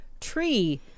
tree